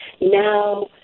Now